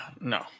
no